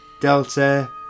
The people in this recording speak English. Delta